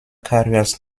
carriers